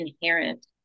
inherent